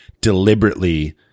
deliberately